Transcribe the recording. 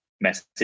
message